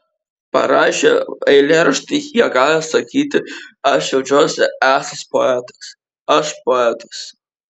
parašę eilėraštį jie gali sakyti aš jaučiuosi esąs poetas aš poetas